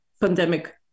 pandemic